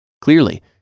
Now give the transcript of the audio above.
Clearly